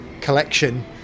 collection